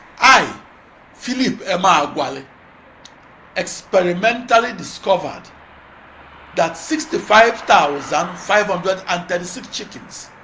i philip emeagwali experimentally discovered that sixty five thousand five hundred and thirty six chickens